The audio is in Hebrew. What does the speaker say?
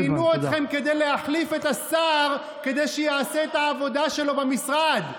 מינו אתכם כדי להחליף את השר כדי שיעשה את העבודה שלו במשרד.